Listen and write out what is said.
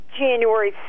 January